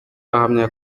ahamya